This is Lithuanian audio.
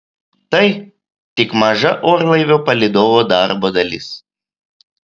tai tik maža orlaivio palydovų darbo dalis